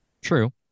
True